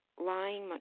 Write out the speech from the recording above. lying